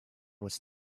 was